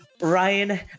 Ryan